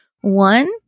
One